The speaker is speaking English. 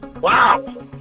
Wow